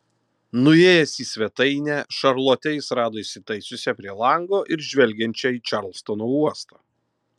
nuėjęs į svetainę šarlotę jis rado įsitaisiusią prie lango ir žvelgiančią į čarlstono uostą